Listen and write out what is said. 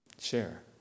share